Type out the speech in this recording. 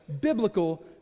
biblical